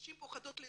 נשים פוחדות להתלונן,